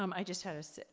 um i just had a,